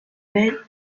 paix